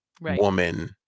woman